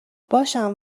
باشم